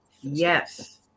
Yes